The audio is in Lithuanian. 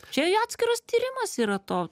čia į atskiras tyrimas yra to